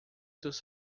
dos